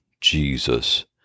Jesus